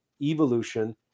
evolution